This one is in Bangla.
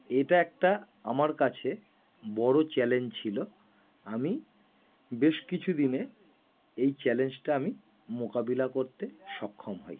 এটা একটা আমার কাছে বড়ো চ্যালেঞ্জ ছিল আমি বেশ কিছু দিনে এই চ্যালেঞ্জটা আমি মোকাবিলা করতে সক্ষম হই